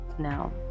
now